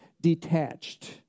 detached